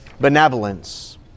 benevolence